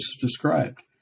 described